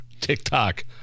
TikTok